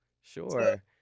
sure